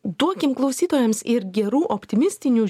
duokim klausytojams ir gerų optimistinių